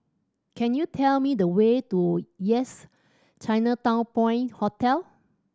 can you tell me the way to Yes Chinatown Point Hotel